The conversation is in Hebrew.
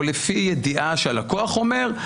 או לפי ידיעה שהלקוח אומר,